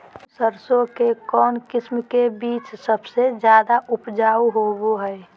सरसों के कौन किस्म के बीच सबसे ज्यादा उपजाऊ होबो हय?